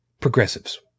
progressives